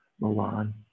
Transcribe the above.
Milan